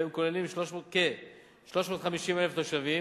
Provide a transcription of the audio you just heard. והם כוללים כ-350,000 תושבים,